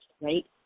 right